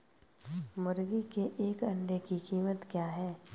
मुर्गी के एक अंडे की कीमत क्या है?